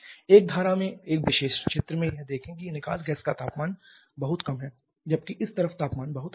एक धारा में इस विशेष क्षेत्र में यह देखें कि निकास गैस का तापमान बहुत कम है जबकि इस तरफ तापमान बहुत अधिक है